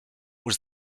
was